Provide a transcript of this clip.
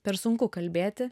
per sunku kalbėti